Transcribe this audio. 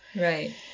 Right